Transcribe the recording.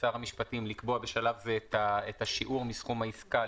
שר המשפטים לקבוע בשלב זה את השיעור מסכום העסקה,